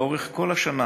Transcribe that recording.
לאורך כל השנה,